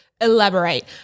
elaborate